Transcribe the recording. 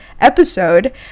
episode